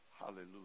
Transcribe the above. Hallelujah